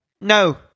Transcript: No